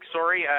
Sorry